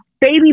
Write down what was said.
Baby